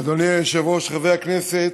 אדוני היושב-ראש, חברי הכנסת,